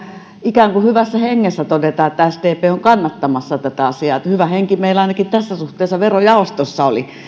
ikään kuin hyvässä hengessä todeta että sdp on kannattamassa tätä asiaa hyvä henki meillä ainakin tässä suhteessa verojaostossa oli